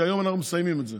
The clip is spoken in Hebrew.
כי היום אנחנו מסיימים את זה.